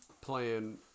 playing